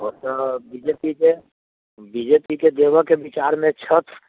ओ तऽ बीजेपीके बीजेपीके देबऽके विचारमे छथि